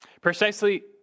Precisely